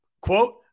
Quote